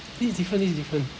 this is different this is different